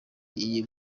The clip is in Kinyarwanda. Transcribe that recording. iyi